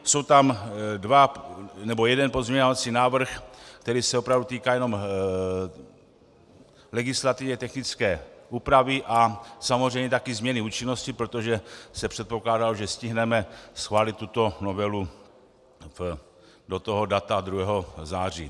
Jsou tam dva nebo jeden pozměňovací návrh, který se opravdu týká jenom legislativně technické úpravy a samozřejmě také změny účinnosti, protože se předpokládalo, že stihneme schválit tuto novelu do toho data 2. září.